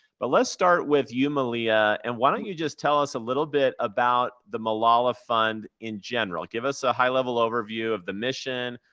but let's start with you, maliha. and why don't you just tell us a little bit about the malala fund in general. give us a high level overview of the mission,